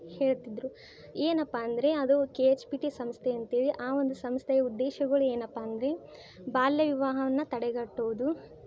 ಹೇಳ್ತಿದ್ದರು ಏನಪ್ಪಾ ಅಂದರೆ ಅದು ಕೆ ಎಚ್ ಪಿ ಟಿ ಸಂಸ್ಥೆ ಅಂತ್ಹೇಳಿ ಆ ಒಂದು ಸಂಸ್ಥೆಯ ಉದ್ದೇಶಗಳು ಏನಪ್ಪಾ ಅಂದರೆ ಬಾಲ್ಯ ವಿವಾಹವನ್ನು ತಡೆಗಟ್ಟುವುದು